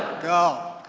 go.